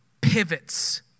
pivots